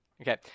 Okay